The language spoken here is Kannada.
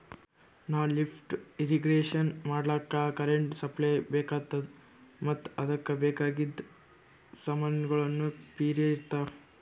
ನಾವ್ ಲಿಫ್ಟ್ ಇರ್ರೀಗೇಷನ್ ಮಾಡ್ಲಕ್ಕ್ ಕರೆಂಟ್ ಸಪ್ಲೈ ಬೆಕಾತದ್ ಮತ್ತ್ ಅದಕ್ಕ್ ಬೇಕಾಗಿದ್ ಸಮಾನ್ಗೊಳ್ನು ಪಿರೆ ಇರ್ತವ್